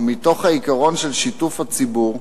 ומתוך עקרון שיתוף הציבור,